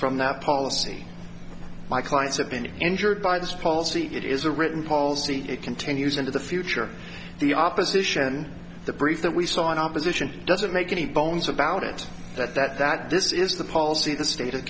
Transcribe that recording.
from that policy my clients have been injured by this policy it is a written policy it continues into the future the opposition the brief that we saw in opposition doesn't make any bones about it that that that this is the policy the state of